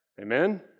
Amen